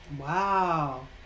Wow